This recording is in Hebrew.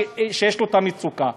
שיש לו את המצוקה,